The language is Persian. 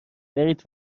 برید